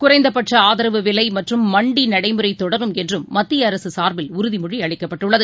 குறைந்தபட்ச ஆரவு விலை மற்றும் மண்டி நடைமுறை தொடரும் என்றும் மத்திய அரசு சார்பில் உறுதிமொழி அளிக்கப்பட்டுள்ளது